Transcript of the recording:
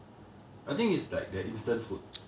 I think it's like their instant food